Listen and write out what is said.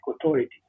authority